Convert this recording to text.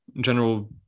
general